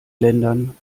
ländern